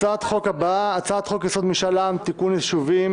הצעת החוק תועבר --- אני מבקש רוויזיה.